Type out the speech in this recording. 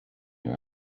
your